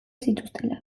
zituztela